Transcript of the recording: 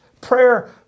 Prayer